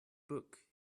book